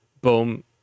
boom